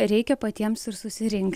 reikia patiems ir susirink